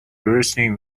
bursting